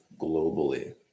globally